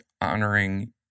honoring